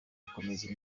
gukomeza